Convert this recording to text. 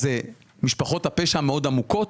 משפחות הפשע מאוד עמוקות,